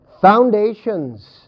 Foundations